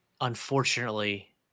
Unfortunately